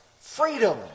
freedom